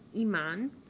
Iman